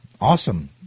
Awesome